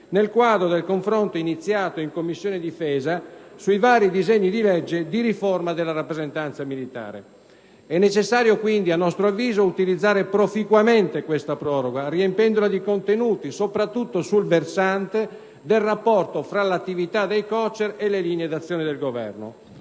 nel quadro del confronto iniziato in Commissione difesa sui vari disegni di legge di riforma della rappresentanza militare. È necessario, a nostro avviso, utilizzare proficuamente questa proroga, riempiendola di contenuti, soprattutto sul versante del rapporto fra l'attività dei COCER e le linee d'azione del Governo.